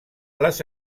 les